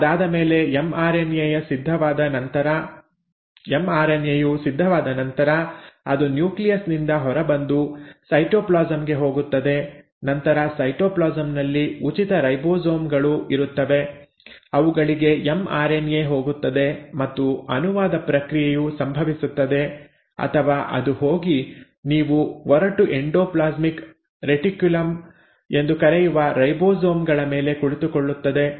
ಅದಾದಮೇಲೆ ಎಂಆರ್ಎನ್ಎ ಯು ಸಿದ್ಧವಾದ ನಂತರ ಅದು ನ್ಯೂಕ್ಲಿಯಸ್ ನಿಂದ ಹೊರಬಂದು ಸೈಟೋಪ್ಲಾಸಂ ಗೆ ಹೋಗುತ್ತದೆ ನಂತರ ಸೈಟೋಪ್ಲಾಸಂ ನಲ್ಲಿ ಉಚಿತ ರೈಬೋಸೋಮ್ ಗಳು ಇರುತ್ತವೆ ಅವುಗಳಿಗೆ ಎಂಆರ್ಎನ್ಎ ಹೋಗುತ್ತದೆ ಮತ್ತು ಅನುವಾದ ಪ್ರಕ್ರಿಯೆಯು ಸಂಭವಿಸುತ್ತದೆ ಅಥವಾ ಅದು ಹೋಗಿ ನೀವು ಒರಟು ಎಂಡೋಪ್ಲಾಸ್ಮಿಕ್ ರೆಟಿಕ್ಯುಲಮ್ ಎಂದು ಕರೆಯುವ ರೈಬೋಸೋಮ್ ಗಳ ಮೇಲೆ ಕುಳಿತುಕೊಳ್ಳುತ್ತದೆ